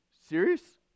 serious